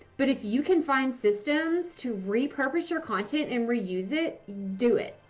but, if you can find systems to repurpose your content and reuse it. do it!